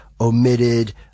omitted